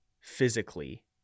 physically